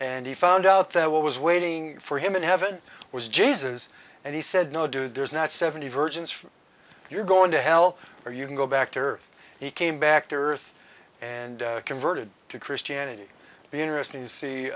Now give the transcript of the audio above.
and he found out that what was waiting for him in heaven was jesus and he said no dude there's not seventy virgins for you're going to hell or you can go back to earth he came back to earth and converted to christianity be interesting to see